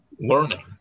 learning